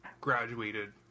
graduated